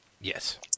Yes